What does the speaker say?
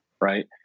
Right